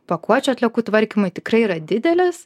pakuočių atliekų tvarkymui tikrai yra didelis